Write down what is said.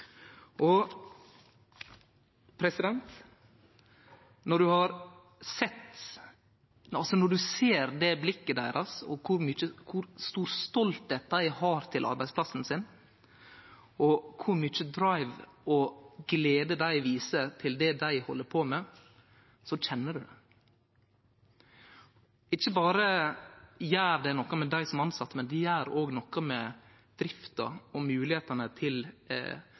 Når ein ser blikket deira og kor stor stolte dei er av arbeidsplassen sin, kor mykje drive og glede dei viser over det dei held på med, kjenner ein det. Ikkje berre gjer det noko med dei som tilsette, men det gjer òg noko med drifta og moglegheitene til